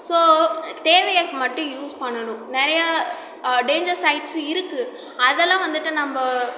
so தேவைகளுக்கு மட்டும் use பண்ணனும் நிறைய டேஞ்சர் சைட்ஸும் இருக்கு அதெல்லாம் வந்துவிட்டு நம்ப